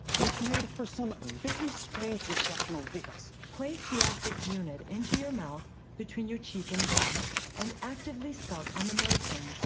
which made for some very strange instructional videos. place the actiq unit into your mouth between your cheek and gum and actively suck on the medicine.